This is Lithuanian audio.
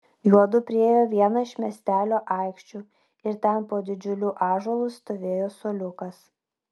juodu priėjo vieną iš miestelio aikščių ir ten po didžiuliu ąžuolu stovėjo suoliukas